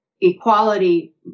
equality